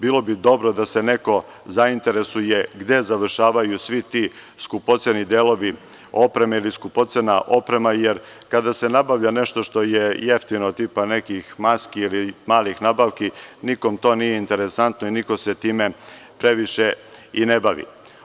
Bilo bi dobro da se neko zainteresuje gde završavaju svi ti skupoceni delovi opreme ili skupocena oprema, jer kada se nabavlja nešto što je jeftino, tipa nekih maski ili malih nabavki, nikom to nije interesantno i niko se time previše i ne bavi.